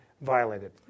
violated